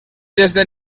desde